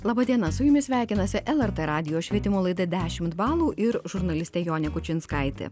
laba diena su jumis sveikinasi lrt radijo švietimo laida dešimt balų ir žurnalistė jonė kučinskaitė